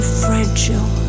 fragile